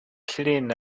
clean